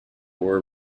were